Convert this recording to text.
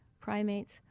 primates